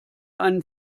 einen